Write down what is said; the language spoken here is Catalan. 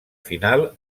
final